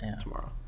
tomorrow